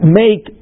make